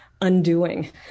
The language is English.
undoing